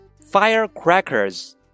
firecrackers